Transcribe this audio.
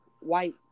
white